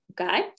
Okay